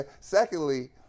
secondly